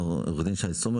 הוועדה תאשר את השינוי.